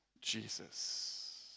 Jesus